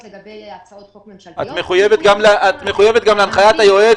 לגבי הצעות חוק ממשלתיות --- את מחויבת גם להנחיות היועץ